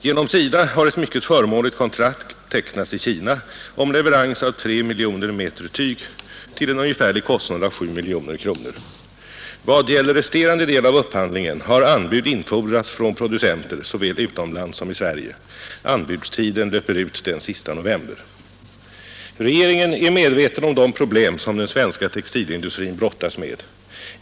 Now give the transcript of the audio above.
Genom SIDA har ett mycket förmånligt kontrakt tecknats i Kina om leverans av 3 miljoner meter tyg till en ungefärlig kostnad av 7 miljoner kronor. Vad gäller resterande del av upphandlingen har anbud infordrats från producenter såväl utomlands som i Sverige. Anbudstiden löper ut den sista november. Regeringen är medveten om de problem som den svenska textilindustrin brottas med.